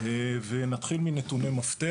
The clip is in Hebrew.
ונתחיל מנתוני מפתח.